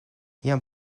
jam